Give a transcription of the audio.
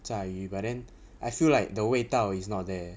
炸鱼 but then I feel like the 味道 is not there